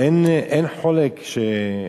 זה בוועדת חוקה,